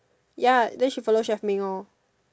ya then she follow chef Ming lor